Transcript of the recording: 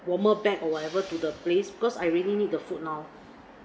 warmer bag or whatever to the place because I really need the food now